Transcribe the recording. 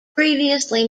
previously